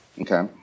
Okay